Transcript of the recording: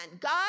God